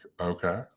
okay